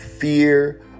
fear